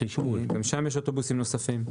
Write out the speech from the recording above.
גם שם יש אוטובוסים נוספים.